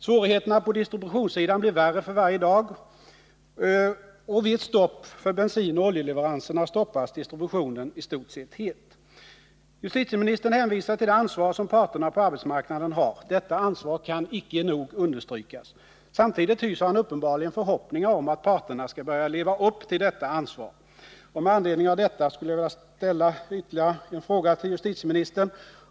Svårigheterna på distributionssidan blir värre för varje dag, och vid ett stopp för bensinoch oljeleveranserna stoppas distributionen i stort sett helt. Justitieministern hänvisar till det ansvar som parterna på arbetsmarknaden har. Detta ansvar kan icke nog understrykas. Samtidigt hyser han uppenbarligen förhoppningar om att parterna skall börja leva upp till detta ansvar.